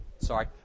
Sorry